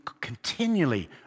continually